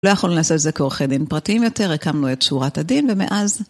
לא יכולנו לעשות את זה כעורכי דין פרטיים יותר, הקמנו את שורת הדין ומאז..